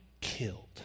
killed